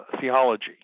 theology